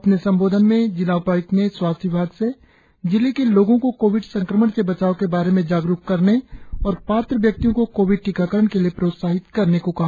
अपने संबोधन में जिला उपाय्क्त ने स्वास्थ्य विभाग से जिले के लोगों को कोविड संक्रमण से बचाव के बारे में जागरुक करने और पात्र व्यक्तियों को कोविड टीकाकरण के लिए प्रोत्साहित करने को कहा